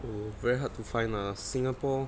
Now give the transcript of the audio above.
oh very hard to find mah singapore